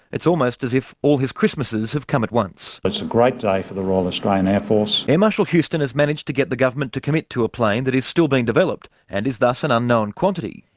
it's almost as if all his christmases have come at once. it's a great day for the royal australian air force. air marshall houston has managed to get the government to commit to a plane that is still being developed and is thus an unknown quantity.